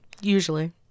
Usually